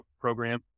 program